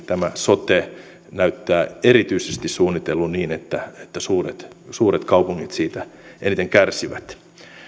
tämä sote näyttää erityisesti suunnitellun niin että että suuret suuret kaupungit siitä eniten kärsivät